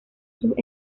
sus